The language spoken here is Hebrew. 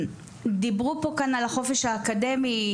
דיברו כאן על החופש האקדמי,